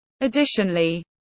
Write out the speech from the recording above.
Additionally